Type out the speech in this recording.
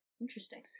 Interesting